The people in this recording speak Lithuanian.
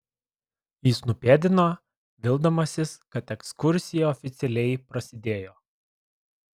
jis nupėdino vildamasis kad ekskursija oficialiai prasidėjo